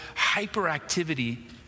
hyperactivity